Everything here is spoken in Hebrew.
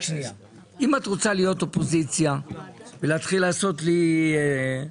אם את רוצה להיות אופוזיציה ולהתחיל לעשות לי רשימות,